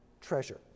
treasure